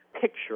picture